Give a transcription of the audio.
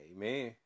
Amen